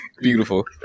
Beautiful